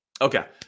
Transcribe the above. okay